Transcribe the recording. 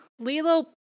Lilo